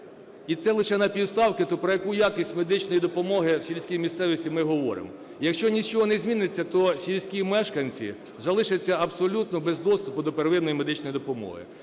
і це лише на півставки, то про яку якість медичної допомоги в сільській місцевості ми говоримо. Якщо нічого не зміниться, то сільські мешканці залишаться абсолютно без доступу до первинної медичної допомоги.